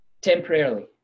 temporarily